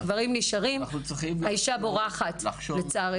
הגברים נשארים האישה בורחת, לצערנו.